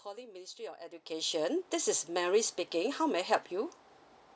calling ministry of education this is mary speaking how may I help you